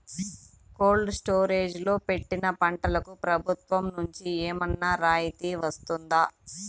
Cold storage లో పెట్టిన పంటకు ప్రభుత్వం నుంచి ఏమన్నా రాయితీ వస్తుందా?